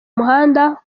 muhanda